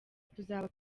tuzaba